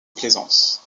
plaisance